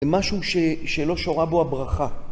זה משהו שלא שורה בו הברכה.